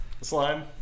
Slime